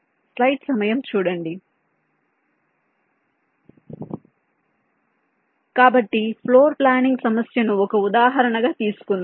slide సమయం 0933 చూడండిస్లైడ్ సమయం 1025 చూడండి కాబట్టి ఫ్లోర్ ప్లానింగ్ సమస్యను ఒక ఉదాహరణగా తీసుకుందాం